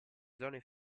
zone